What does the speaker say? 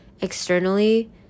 externally